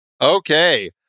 Okay